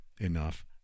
enough